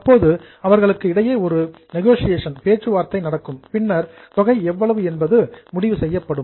அப்போது அவர்களுக்கு இடையே ஒரு நெகோசியேஷன் பேச்சுவார்த்தை நடக்கும் பின்னர் தொகை எவ்வளவு என்பது டிசைடெட் முடிவு செய்யப்படும்